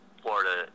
Florida